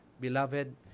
beloved